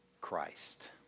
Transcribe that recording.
Christ